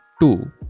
two